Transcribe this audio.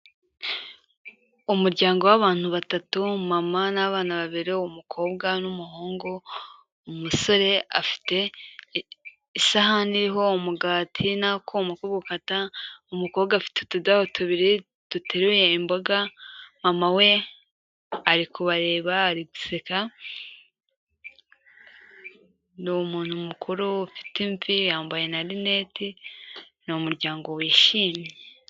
Umuryango w'abantu batatu mama n'abana babiri umukobwa n'umuhungu. Umusore afite isahani iriho umugati n'akuma ko gukata. Umukobwa afite utudabo tubiri duteruye imboga. Mama we arikubareba ariguseka. Ni umuntu mukuru ufite imvi, yambaye na lunette. Ni umuryango wishimye.